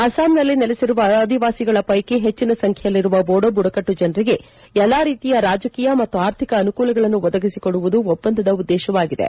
ಅಸ್ಲಾಂನಲ್ಲಿ ನೆಲೆಸಿರುವ ಆದಿವಾಸಿಗಳ ವೈಕಿ ಹೆಚ್ಚಿನ ಸಂಖ್ಯೆಯಲ್ಲಿರುವ ಬೋಡೋ ಬುಡಕಟ್ಟು ಜನರಿಗೆ ಎಲ್ಲ ರೀತಿಯ ರಾಜಕೀಯ ಮತ್ತು ಆರ್ಥಿಕ ಅನುಕೂಲಗಳನ್ನು ಒದಗಿಸಿಕೊಡುವುದು ಒಪ್ಪಂದದ ಉದ್ಲೇತವಾಗಿದೆ